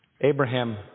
Abraham